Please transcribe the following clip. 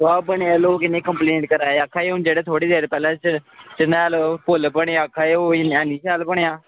आं लोक तां इन्नी कम्पलेंट करा दे आं तां थोह्ड़े चिर पैह्लें झमैल पुल बनेआ आक्खा दे ऐनी शैल बनेआ